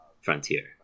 Frontier